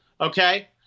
okay